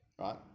right